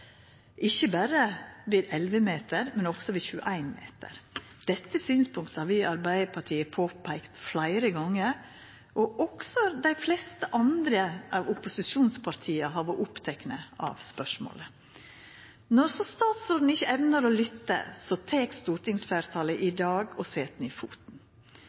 ikkje berre ved 11 meter, men også ved 21 meter. Dette synspunktet har vi i Arbeidarpartiet påpeikt fleire gonger. Også dei fleste andre av opposisjonspartia har vore opptekne av spørsmålet. Når så statsråden ikkje evnar å lytta, set stortingsfleirtalet i dag ned foten. Eg vil rosa særleg støttepartia for at også dei sette ned foten